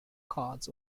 cards